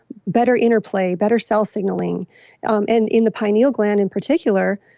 better interplay, better cell signaling um and in the pineal gland, in particular,